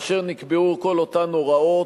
כאשר נקבעו כל אותן הוראות,